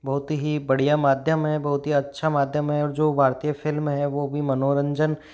बहुत ही बढ़िया माध्यम है बहुत ही अच्छा माध्यम है और जो भारतीय फ़िल्म है वह भी मनोरंजन